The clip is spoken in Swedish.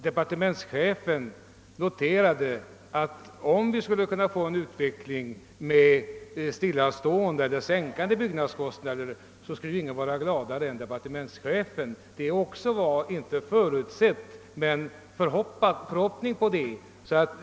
Departementschefen framhöll att om vi skulle kunna få orörliga eller sänkta byggnadskostnader skulle ingen vara gladare än han. Det var inte förutsett men det fanns förhoppningar därom.